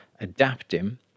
adapting